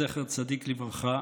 זכר צדיק לברכה,